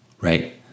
Right